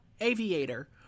aviator